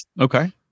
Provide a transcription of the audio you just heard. Okay